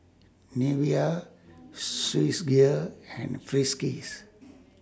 Nivea Swissgear and Friskies